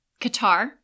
Qatar